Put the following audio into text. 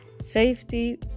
safety